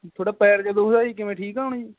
ਤੁਹਾਡਾ ਪੈਰ ਜਿਹਾ ਦੁਖਦਾ ਜੀ ਕਿਵੇਂ ਠੀਕ ਹੈ ਹੁਣ ਜੀ